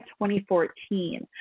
2014